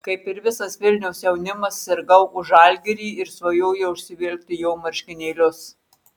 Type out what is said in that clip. kaip ir visas vilniaus jaunimas sirgau už žalgirį ir svajojau užsivilkti jo marškinėlius